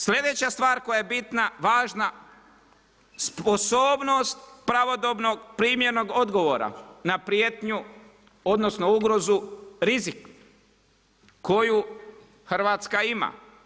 Sljedeća stvar koja je bitna, važna sposobnost pravodobnog primjerenog odgovora na prijetnju odnosno ugrozu rizik koju Hrvatska ima.